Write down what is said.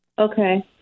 Okay